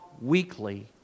weekly